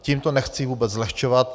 Tímto ji nechci vůbec zlehčovat.